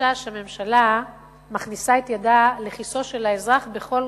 מהתחושה שהממשלה מכניסה את ידה לכיסו של האזרח בכל